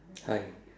hi